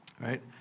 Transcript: Right